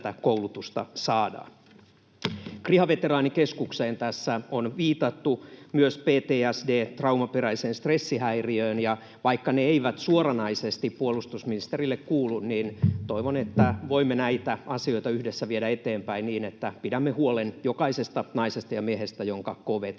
Kriha-veteraanikeskukseen tässä on viitattu, myös PTSD:hen eli traumaperäiseen stressihäiriöön, ja vaikka ne eivät suoranaisesti puolustusministerille kuulu, niin toivon, että voimme näitä asioita yhdessä viedä eteenpäin niin, että pidämme huolen jokaisesta naisesta ja miehestä, jonka kv-tehtäviin